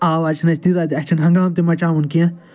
آواز چھَنہٕ اَسہِ تیٖژاہ تہِ اَسہِ چھُنہٕ ہَنگامہٕ تہِ مَچاوُن کینٛہہ